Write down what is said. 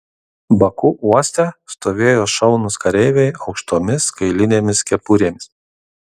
baku uoste stovėjo šaunūs kareiviai aukštomis kailinėmis kepurėmis